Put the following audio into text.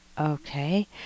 Okay